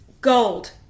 gold